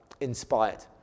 inspired